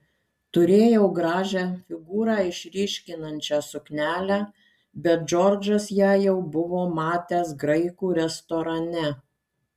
turėjau gražią figūrą išryškinančią suknelę bet džordžas ją jau buvo matęs graikų restorane